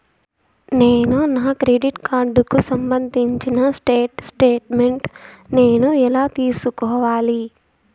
నేను నా క్రెడిట్ కార్డుకు సంబంధించిన స్టేట్ స్టేట్మెంట్ నేను ఎలా తీసుకోవాలి?